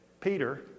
Peter